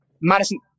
Madison